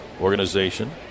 organization